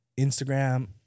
instagram